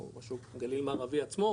או משהו בגליל המערבי עצמו,